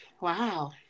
Wow